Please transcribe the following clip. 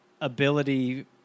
ability